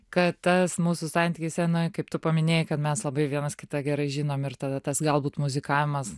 kad tas mūsų santykiai scenoje kaip tu paminėjai kad mes labai vienas kitą gerai žinom ir tada tas galbūt muzikavimas